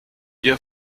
ihr